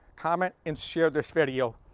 comment, and share this video.